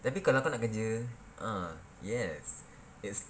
tapi kalau kau nak kerja ah yes it's